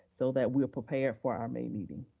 so that we will prepare for our may meeting.